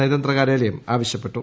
നയതന്ത്രകാര്യാലയം ആവശ്യപ്പെട്ടു